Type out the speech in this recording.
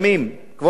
כבוד היושב-ראש,